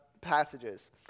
passages